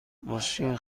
ماشین